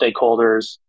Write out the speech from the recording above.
stakeholders